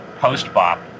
post-bop